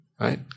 right